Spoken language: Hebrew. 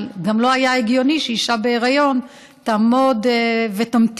אבל גם לא היה הגיוני שאישה בהיריון תעמוד ותמתין,